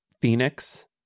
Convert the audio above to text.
Phoenix